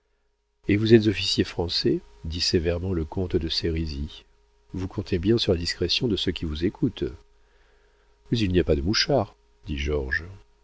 et vous êtes officier français dit sévèrement le comte de sérisy vous comptez bien sur la discrétion de ceux qui vous écoutent mais il n'y a pas de mouchards dit